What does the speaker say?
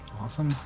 Awesome